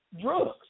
drugs